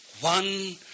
One